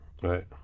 Right